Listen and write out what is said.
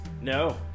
No